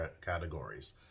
categories